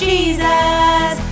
Jesus